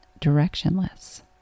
directionless